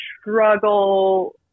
struggle